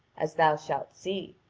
as thou shalt see,